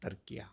तरक़ी आहे